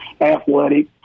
athletic